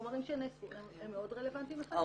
חומרים שנאספו הם מאוד רלוונטיים לחקירה.